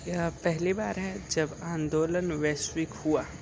यह पहली बार है जब आंदोलन वैश्विक हुआ